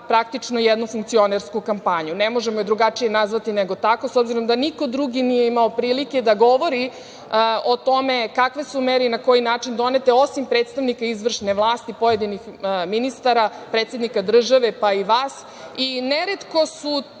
praktično, jednu funkcionersku kampanju. Ne možemo je drugačije nazvati nego tako, s obzirom da niko drugi nije imao prilike da govori o tome kakve su mere i na koji način donete, osim predstavnika izvršne vlasti, pojedinih ministara, predsednika države, pa i vas i neretko su